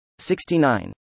69